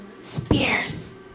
spears